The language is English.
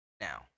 now